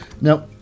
now